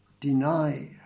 deny